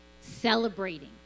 celebrating